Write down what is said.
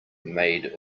made